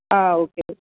ஆ okay